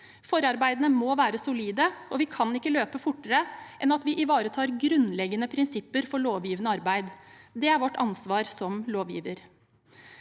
Forarbeidene må være solide, og vi kan ikke løpe fortere enn at vi ivaretar grunnleggende prinsipper for lovgivende arbeid. Det er vårt ansvar som lovgiver.